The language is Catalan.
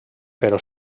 però